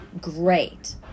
great